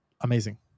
amazing